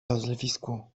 rozlewisku